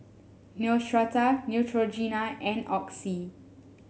Neostrata Neutrogena and Oxy